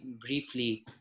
briefly